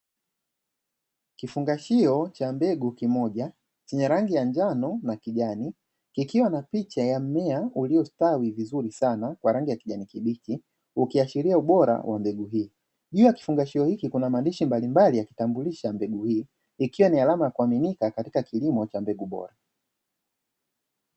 Kifunga hiyo cha mbegu kimoja chenye rangi ya njano na kijani kikiwa na picha ya mmea uliostawi vizuri sana wa rangi ya kijani kibichi, ukiashiria ubora wa mbegu hii juu ya kifungashio hiki kuna maandishi mbalimbali akitambulisha mbegu hii ikiwa ni alama ya kuaminika katika kilimo cha mbegu bora.